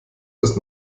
das